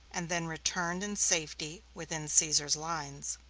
and then returned in safety within caesar's lines.